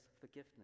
forgiveness